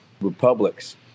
republics